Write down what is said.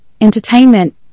entertainment